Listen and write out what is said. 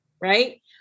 Right